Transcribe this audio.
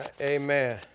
Amen